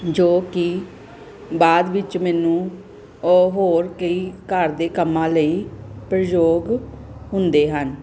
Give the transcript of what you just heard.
ਜੋ ਕਿ ਬਾਅਦ ਵਿੱਚ ਮੈਨੂੰ ਓਹ ਹੋਰ ਕਈ ਘਰ ਦੇ ਕੰਮਾਂ ਲਈ ਪ੍ਰਯੋਗ ਹੁੰਦੇ ਹਨ